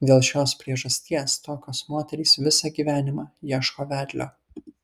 dėl šios priežasties tokios moterys visą gyvenimą ieško vedlio